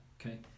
okay